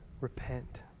repent